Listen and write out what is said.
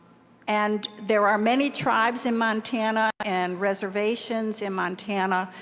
and there are many tribes in montana and reservations in montana.